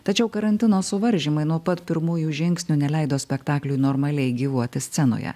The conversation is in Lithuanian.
tačiau karantino suvaržymai nuo pat pirmųjų žingsnių neleido spektakliui normaliai gyvuoti scenoje